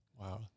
Wow